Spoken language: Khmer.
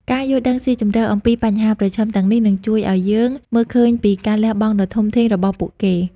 ការយល់ដឹងស៊ីជម្រៅអំពីបញ្ហាប្រឈមទាំងនេះ នឹងជួយឲ្យយើងមើលឃើញពីការលះបង់ដ៏ធំធេងរបស់ពួកគេ។